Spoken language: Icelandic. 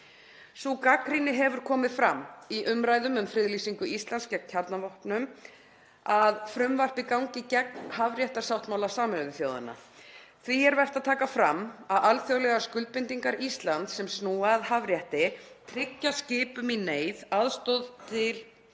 Sú gagnrýni hefur komið fram í umræðum um friðlýsingu Íslands gegn kjarnavopnum að frumvarpið gangi gegn hafréttarsáttmála Sameinuðu þjóðanna. Því er vert að taka fram að alþjóðlegar skuldbindingar Íslands sem snúa að hafrétti tryggja skipum í neyð aðstoð innan